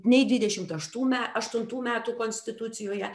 nei dvidešimt aštų me aštuntų metų konstitucijoje